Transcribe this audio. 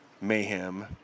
Mayhem